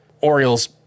Orioles